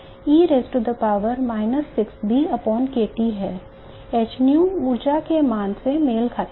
hν ऊर्जा के मान से मेल खाता है